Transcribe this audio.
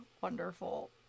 wonderful